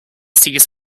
sees